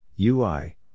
UI